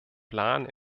plan